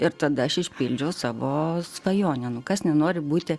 ir tada aš išpildžiau savo svajonę nu kas nenori būti